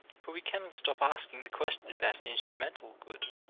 for we cannot stop asking the question about an instrumental good,